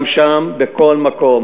גם שם, בכל מקום